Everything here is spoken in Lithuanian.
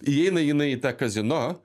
įeina jinai į tą kazino